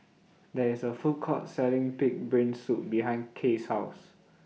There IS A Food Court Selling Pig'S Brain Soup behind Kay's House